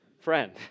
friend